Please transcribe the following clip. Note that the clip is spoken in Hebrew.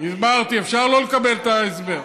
הסברתי, אפשר שלא לקבל את ההסבר.